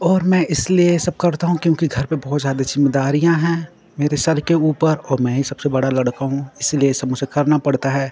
और मैं इसलिए ये सब करता हूँ क्योंकि घर पर बहुत ज़्यादा जिम्मेदारियाँ हैं मेरे सर के ऊपर और मैं ही सबसे बड़ा लड़का हूँ इसलिए ये सब मुझे करना पड़ता है